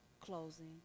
closing